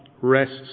rests